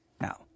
Now